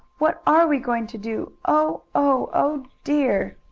what are we going to do? oh! oh! oh dear!